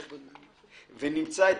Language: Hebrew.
סמוטריץ' מביא.